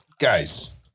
Guys